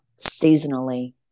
seasonally